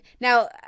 Now